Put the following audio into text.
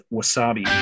Wasabi